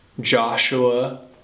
Joshua